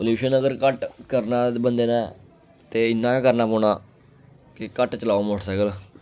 pollution अगर घट्ट करना बंदे ने ते इयां गै करना पौना कि घट्ट चलाओ मोटरसैकल